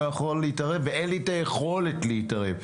יכול להתערב ואין לי את היכולת להתערב.